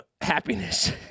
happiness